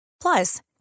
Plus